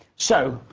so,